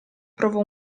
provò